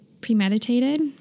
premeditated